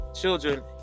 children